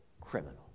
criminal